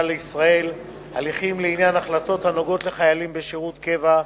לישראל (הליכים לעניין החלטות הנוגעות לחיילים בשירות קבע),